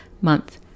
month